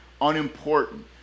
unimportant